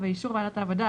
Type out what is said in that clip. ובאישור ועדת העבודה,